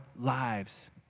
lives